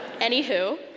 anywho